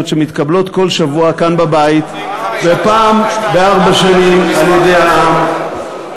שמתקבלות כל שבוע כאן בבית ופעם בארבע שנים על-ידי העם.